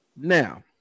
Now